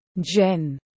Jen